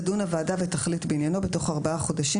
תדון הוועדה ותחליט בעניינו בתוך ארבעה חודשים